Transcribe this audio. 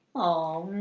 oh